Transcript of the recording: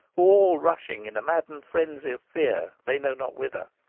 all rushing in maddened frenzy of fear they know not whither.